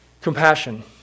Compassion